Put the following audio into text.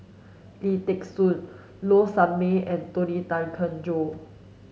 Lim Thean Soo Low Sanmay and Tony Tan Keng Joo